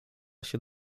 się